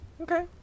Okay